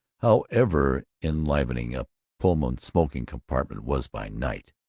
however enlivening a pullman smoking-compartment was by night,